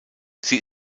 sie